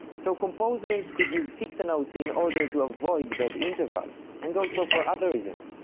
so composers could use ficta notes in order to avoid bad intervals, and also for other reasons,